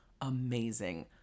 amazing